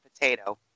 potato